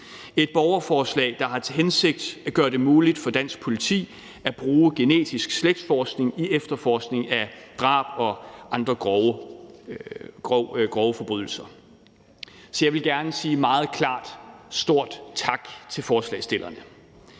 et borgerforslag, der har til hensigt at gøre det muligt for dansk politi at bruge genetisk slægtsforskning i efterforskning af drab og andre grove forbrydelser. Jeg vil for det første gerne sige meget klart: Stor tak til forslagsstillerne.